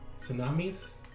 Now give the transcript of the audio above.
tsunamis